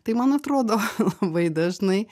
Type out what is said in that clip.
tai man atrodo labai dažnai